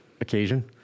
occasion